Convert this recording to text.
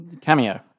cameo